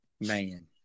Man